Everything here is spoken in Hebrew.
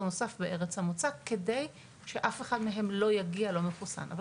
נוסף בארץ המוצא כדי שאף אחד מהם לא יגיע לא מחוסן,